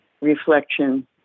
reflection